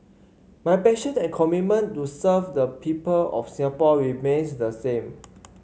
my passion and commitment to serve the people of Singapore remains the same